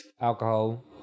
alcohol